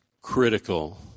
critical